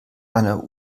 einer